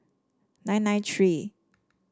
nine nine three